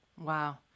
Wow